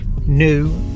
new